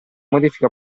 modifiche